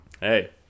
Hey